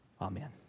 Amen